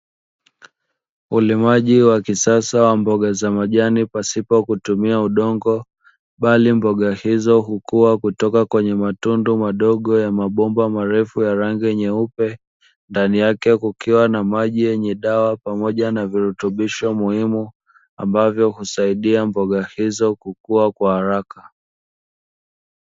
Ulimaji wa kisasa wa mboga za majani pasipo kutumia udongo bali mboga hizo hukuwa kutoka kwenye matundu madogo ya mabomba marefu ya rangi nyeupe, ndani yake kukiwa na maji yenye dawa pamoja na virutubisho muhimu ambavyo husaidia mboga hizo kukuwa kwa haraka.